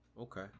okay